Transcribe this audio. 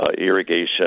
Irrigation